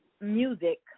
music